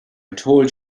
told